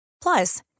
plus